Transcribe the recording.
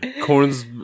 Corn's